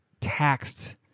taxed